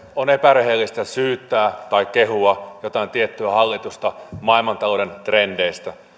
on epärehellistä syyttää tai kehua jotain tiettyä hallitusta maailmantalouden trendeistä